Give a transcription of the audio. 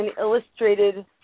illustrated